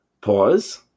pause